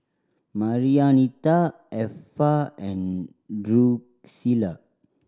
Marianita Effa and Drucilla